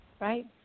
Right